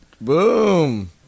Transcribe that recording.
Boom